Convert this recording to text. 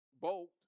bolt